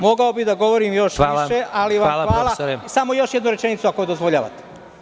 Mogao bih da govorim još više, ali samo još jednu rečenicu, ako dozvoljavate.